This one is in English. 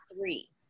three